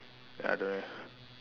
ya don't have